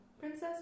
Princess